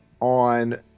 on